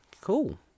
Cool